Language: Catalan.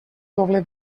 doble